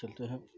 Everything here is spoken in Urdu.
چلتے ہیں